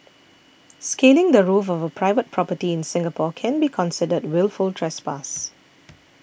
scaling the roof of a private property in Singapore can be considered wilful trespass